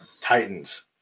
Titans